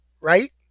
Right